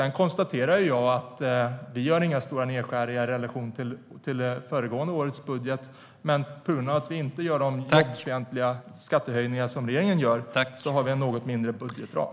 Jag konstaterar att vi inte gör några stora nedskärningar i relation till föregående års budget, men på grund av att vi inte gör de jobbfientliga skattehöjningar som regeringen gör har vi en något mindre budgetram.